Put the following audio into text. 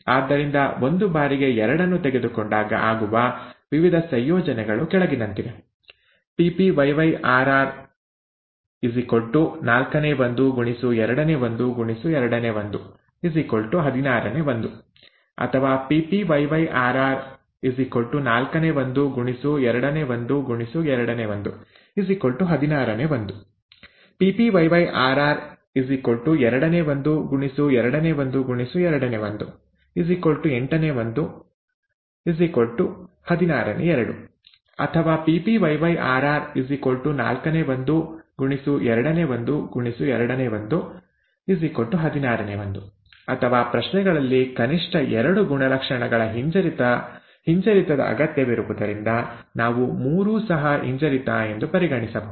ಆದ್ದರಿಂದ ಒಂದು ಬಾರಿಗೆ ಎರಡನ್ನು ತೆಗೆದುಕೊಂಡಾಗ ಆಗುವ ವಿವಿಧ ಸಂಯೋಜನೆಗಳು ಕೆಳಗಿನಂತಿವೆ ppyyRr ¼ x ½ x ½ 116 ಅಥವಾ ppYyrr ¼ x ½ x ½ 116 ಅಥವಾ Ppyyrr ½ x ½ x ½ 18 216 ಅಥವಾ PPyyrr ¼ x ½ x ½ 116 ಅಥವಾ ಪ್ರಶ್ನೆಗಳಲ್ಲಿ ಕನಿಷ್ಠ ಎರಡು ಗುಣಲಕ್ಷಣಗಳ ಹಿಂಜರಿತದ ಅಗತ್ಯವಿರುವುದರಿಂದ ನಾವು ಮೂರೂ ಸಹ ಹಿಂಜರಿತ ಎಂದು ಪರಿಗಣಿಸಬಹುದು